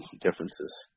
differences